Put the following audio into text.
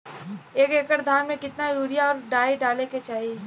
एक एकड़ धान में कितना यूरिया और डाई डाले के चाही?